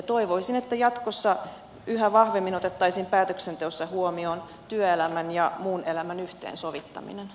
toivoisin että jatkossa yhä vahvemmin otettaisiin päätöksenteossa huomioon työelämän ja muun elämän yhteensovittaminen